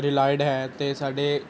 relied ਹੈ ਅਤੇ ਸਾਡੇ